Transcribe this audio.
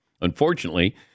Unfortunately